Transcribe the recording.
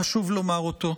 חשוב לומר אותו.